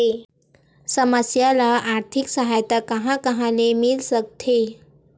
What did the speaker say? समस्या ल आर्थिक सहायता कहां कहा ले मिल सकथे?